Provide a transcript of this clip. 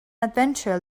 adventurer